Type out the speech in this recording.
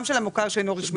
גם של המוכר שאינו רשמי,